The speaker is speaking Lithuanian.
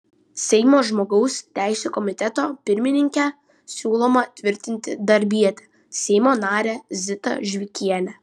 seimo žmogaus teisių komiteto pirmininke siūloma tvirtinti darbietę seimo narę zitą žvikienę